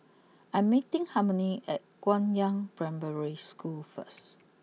I'm meeting Harmony at Guangyang Primary School first